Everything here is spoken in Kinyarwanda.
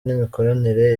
n’imikoranire